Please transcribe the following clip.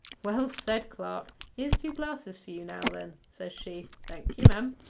well said, clerk! here's two glasses for you now, then, says she. thank you, mem,